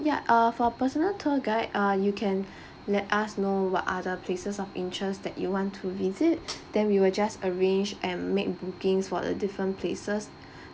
ya uh for personal tour guide uh you can let us know what other places of interest that you want to visit then we will just arrange and make bookings for the different places